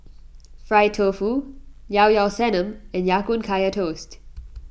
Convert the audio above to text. Fried Tofu Ilao Ilao Sanum and Ya Kun Kaya Toast